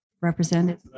represented